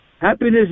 Happiness